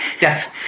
Yes